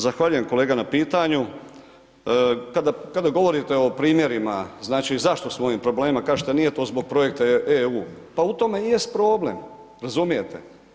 Zahvaljujem kolega na pitanju, kada govorite o primjerima znači zašto smo u ovim problemima, kažete nije to zbog projekta EU, pa u tome i jest problem, razumijete.